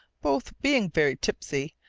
both being very tipsy,